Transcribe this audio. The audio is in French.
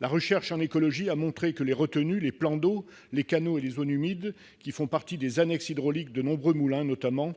La recherche en écologie a montré que les retenues, les plans d'eau, les canaux et les zones humides, qui font partie des annexes hydrauliques, notamment de nombreux moulins, ont